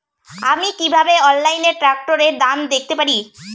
আমি কিভাবে অনলাইনে ট্রাক্টরের দাম দেখতে পারি?